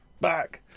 back